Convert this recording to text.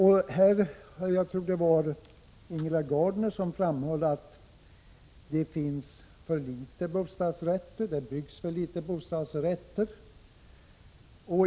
Jag tror att det var Ingela Gardner som framhöll att det finns för lite bostadsrätter och byggs för få.